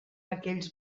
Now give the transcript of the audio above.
aquells